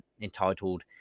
entitled